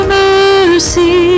mercy